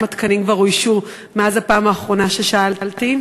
תקנים כבר אוישו מאז הפעם האחרונה ששאלתי?